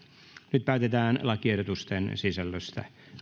nyt päätetään lakiehdotusten sisällöstä